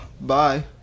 Bye